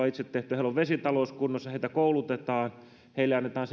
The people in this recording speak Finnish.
itse ruokaa heillä on vesitalous kunnossa heitä koulutetaan heille annetaan